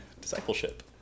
discipleship